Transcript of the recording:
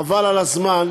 חבל על הזמן.